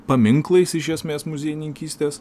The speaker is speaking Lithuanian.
paminklais iš esmės muziejininkystės